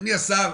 אדוני השר,